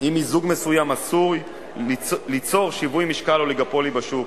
אם מיזוג מסוים עשוי ליצור שיווי משקל אוליגופולי בשוק,